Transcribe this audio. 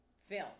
film